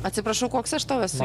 atsiprašau koks aš tau esu